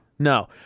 No